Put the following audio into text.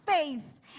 faith